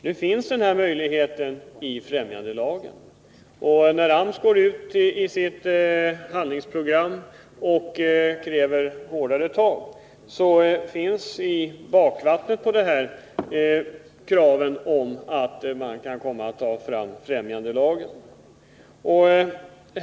Nu finns den här möjligheten i främjandelagen, och när AMS går ut i sitt handlingsprogram och kräver hårdare tag ligger i bakgrunden att man kan komma att ta fram främjandelagen.